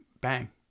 Bang